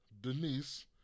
Denise